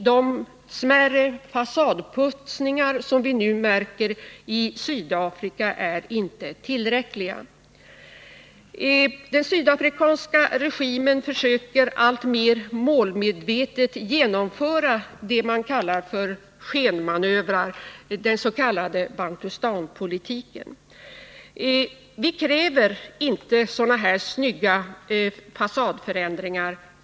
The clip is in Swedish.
De smärre fasadputsningar som vi nu märker i Sydafrika är inte tillräckliga. Den sydafrikanska regimen försöker alltmer målmedvetet genomföra skenmanövrer som kallas bantustanpolitik. Vi kräver inte sådana här snygga fasadförändringar.